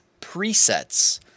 presets